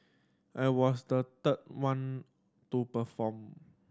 I was the third one to perform